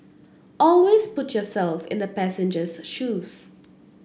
always put yourself in the passenger's shoes